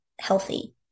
healthy